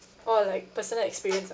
oh like personal experience ah